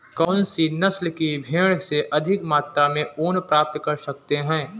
कौनसी नस्ल की भेड़ से अधिक मात्रा में ऊन प्राप्त कर सकते हैं?